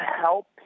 help